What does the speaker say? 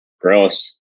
Gross